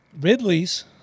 Ridley's